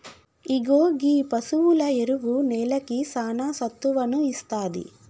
ఇగో గీ పసువుల ఎరువు నేలకి సానా సత్తువను ఇస్తాది